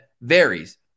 varies